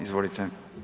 Izvolite.